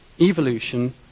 evolution